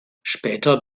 später